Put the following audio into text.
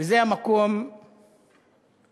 וזה המקום להזכיר